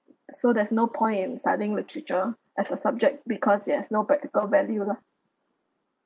so there's no point in studying literature as a subject because it has no practical value lah